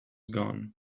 gone